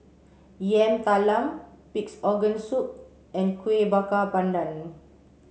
Yam Talam pig's organ soup and Kueh Bakar Pandan